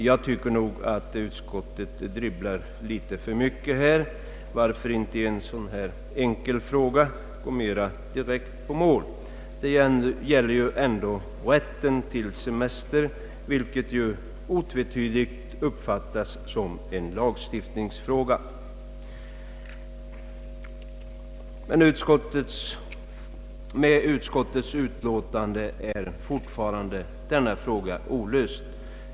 Jag tycker nog att utskottet dribblar litet för mycket. Varför inte i en sådan här enkel fråga gå mera direkt på målet? Det gäller ändå rätt till semester, vilket otvetydigt uppfattas som en lagstiftningsfråga. Med utskottets utlåtande är denna fråga fortfarande olöst.